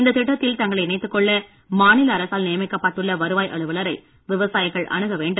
இந்தத் திட்டத்தில் தங்களை இணைத்துக் கொள்ள மாநில அரசால் நியமிக்கப்பட்டுள்ள வருவாய் அலுவலரை விவசாயிகள் அணுக வேண்டும்